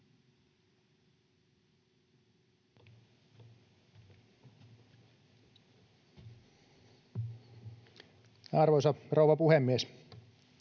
Arvoisa rouva puhemies!